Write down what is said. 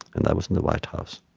and i was in the white house.